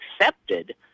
accepted